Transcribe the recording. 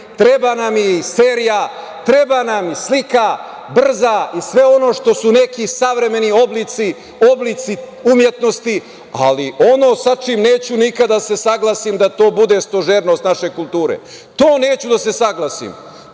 treba nam i serija, treba nam i slika, brza, i sve ono što su neki savremeni oblici umetnosti, ali ono sa čim neću nikad da se saglasim, da to bude stožernost naše kulture. To neću da se saglasim.